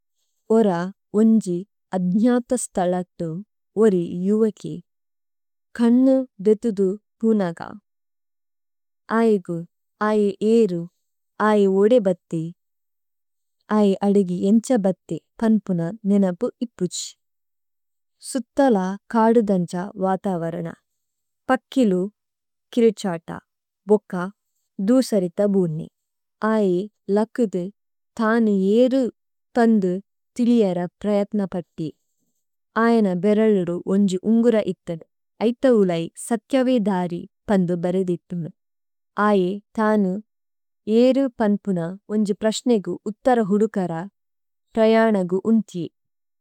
ഓര ഓന്ജി അദ്ന്ജത സ്തലക്തു ഓരി യുവകി, കന്നു ദേതുദു പുനഗ। അഏഗു അഏ ഏരു അഏ ഓദേ ബത്തി, അഏ അദഗി ഏന്ഛ ബത്തി പന്പുന നേനപു ഇപുഛി। സുതല കദുദന്ഛ വതവരന। പക്കിലു കിരിഛത, ഓക ദുസരിത ബുനി। അഏ ലകുദു, തനു ഏരു പന്ദു തിലിഏര പ്രയത്ന പത്തി। അഏന ബേരല്ലുദു ഓന്ജി ഉന്ഗുര ഇത്തേ, ഐതവുലൈ സത്യവേദരി പന്ദു ബേരേദിപ്നി। അഏതനു ഏരു പന്പുന ഓന്ജി പ്രശ്നേഗു ഉത്തര ഹുദുകര പ്രയനഗു ഉന്ത്ജി।